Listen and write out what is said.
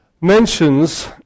mentions